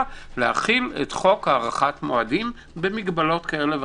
להחיל את חוק הארכת מועדים במגבלות כאלה ואחרות.